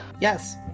Yes